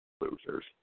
Losers